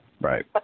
right